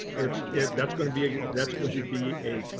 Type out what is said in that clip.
it's it that's going to be ah that's going to be a,